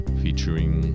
featuring